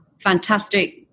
Fantastic